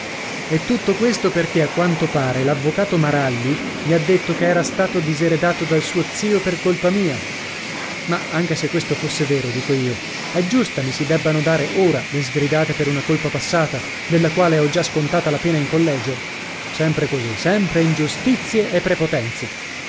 e tutto questo perché a quanto pare l'avvocato maralli gli ha detto che era stato diseredato dal suo zio per colpa mia ma anche se questo fosso vero dico io è giusta mi si debbano dare ora le sgridate per una colpa passata della quale ho già scontata la pena in collegio sempre così sempre ingiustizie e prepotenze